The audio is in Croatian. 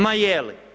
Ma je li?